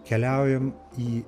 keliaujam į